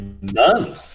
None